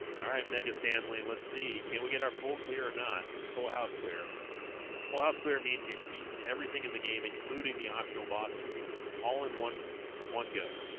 all right mega stanley let's see can't we get our full clear or not a full house clear well house clear means you've beaten everything in the game including the optional bosses all in one one go